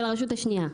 של הרשות השנייה.